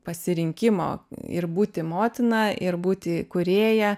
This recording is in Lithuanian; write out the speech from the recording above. pasirinkimo ir būti motina ir būti kūrėja